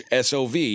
SOV